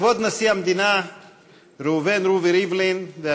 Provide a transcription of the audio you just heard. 3 נשיא המדינה ראובן ריבלין: